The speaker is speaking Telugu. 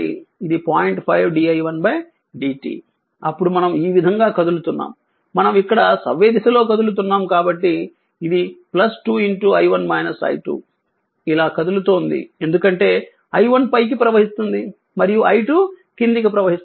5 d i 1 dt అప్పుడు మనం ఈ విధంగా కదులుతున్నాం మనం ఇక్కడ సవ్యదిశలో కదులుతున్నాము కాబట్టి ఇది 2 ఇలా కదులుతోంది ఎందుకంటే i 1 పైకి ప్రవహిస్తుంది మరియు i 2 క్రిందికి ప్రవహిస్తుంది